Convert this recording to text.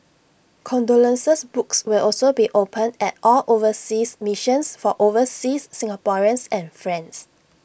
condolence books will also be opened at all overseas missions for overseas Singaporeans and friends